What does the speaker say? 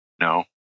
No